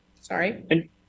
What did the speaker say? Sorry